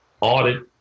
audit